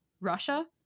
Russia